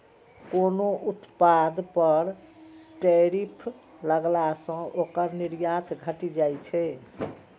कोनो उत्पाद पर टैरिफ लगला सं ओकर निर्यात घटि जाइ छै